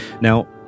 Now